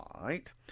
Right